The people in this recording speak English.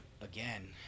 again